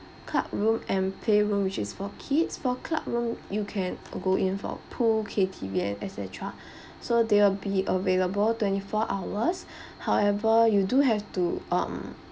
club room and play room which is for kids for club room you can go in for pool K_T_V and et cetera so they'll be available twenty four hours however you do have to um